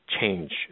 change